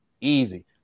easy